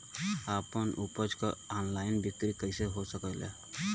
आपन उपज क ऑनलाइन बिक्री कइसे हो सकेला?